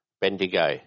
Bendigo